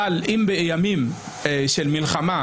אבל אם בימים של מלחמה,